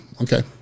Okay